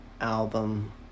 album